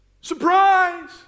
Surprise